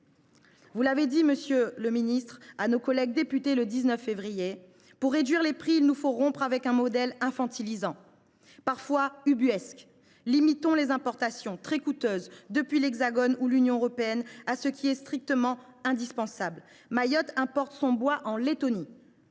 qu’a tenus Manuel Valls à nos collègues députés, le 19 février dernier :« Pour réduire les prix, il nous faut rompre avec un modèle infantilisant, parfois ubuesque. Limitons les importations – très coûteuses – depuis l’Hexagone ou l’Union européenne à ce qui est strictement indispensable. Mayotte importe son bois de Lettonie,